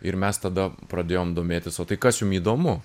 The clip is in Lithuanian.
ir mes tada pradėjom domėtis o tai kas jum įdomu